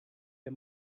der